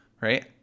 right